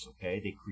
okay